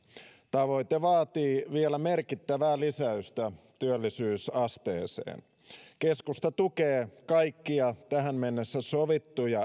tavoite vaatii vielä merkittävää lisäystä työllisyysasteeseen keskusta tukee kaikkia tähän mennessä sovittuja